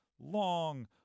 long